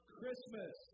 Christmas